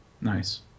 nice